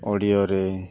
audio